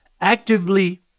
actively